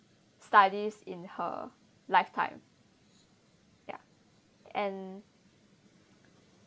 studies in her lifetime ya and